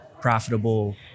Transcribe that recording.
profitable